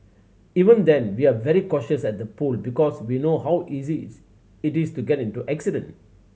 even then we're very cautious at the pool because we know how easy is it is to get into an accident